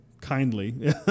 kindly